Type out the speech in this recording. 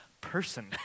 person